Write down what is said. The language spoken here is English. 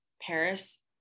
Paris